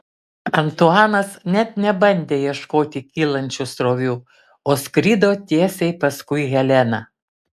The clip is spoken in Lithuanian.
antuanas net nebandė ieškoti kylančių srovių o skrido tiesiai paskui heleną